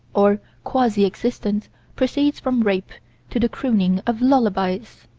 or quasi-existence proceeds from rape to the crooning of lullabies.